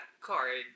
card